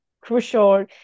crucial